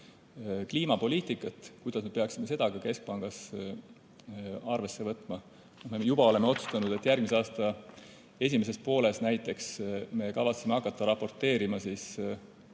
kliimapoliitikat, kuidas me peaksime seda keskpangas arvesse võtma. Me juba oleme otsustanud, et järgmise aasta esimeses pooles näiteks me kavatseme hakata raporteerima keskpanga